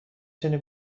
تونی